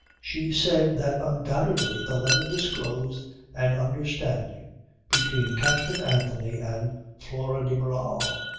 she said that undoubtedly the letter disclosed an understanding between captain anthony and flora de barral.